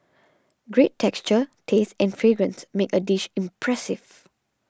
great texture taste and fragrance make a dish impressive